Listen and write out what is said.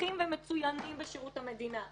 מוצלחים ומצוינים בשירות המדינה.